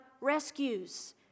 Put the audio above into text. rescues